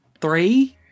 Three